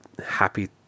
happy